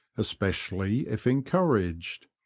es pecially if encouraged.